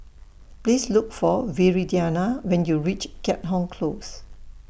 Please Look For Viridiana when YOU REACH Keat Hong Close